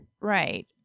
Right